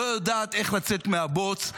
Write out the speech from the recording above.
לא יודעת איך לצאת מהבוץ,